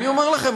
אני אומר לכם,